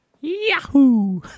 Yahoo